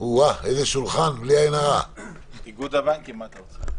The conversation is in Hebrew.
אנחנו נבקש אם אפשר להישאר על 18 חודשים